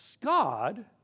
God